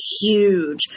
huge